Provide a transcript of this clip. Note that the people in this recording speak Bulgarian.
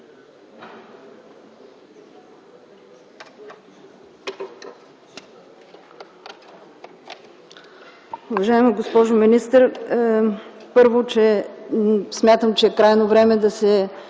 Уважаема госпожо министър, първо, смятам, че е крайно време да се